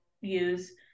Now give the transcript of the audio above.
use